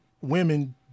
women